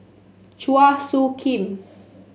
Chua Soo Khim